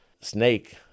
Snake